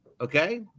Okay